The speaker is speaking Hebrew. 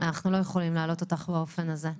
לא יכולים להעלות אותך באופן הזה.